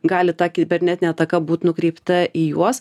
gali ta kibernetinė ataka būt nukreipta į juos